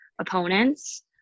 opponents